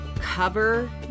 cover